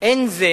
אין זה